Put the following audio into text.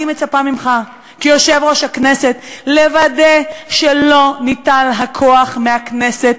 אני מצפה ממך כיושב-ראש הכנסת לוודא שלא ניטל הכוח מהכנסת.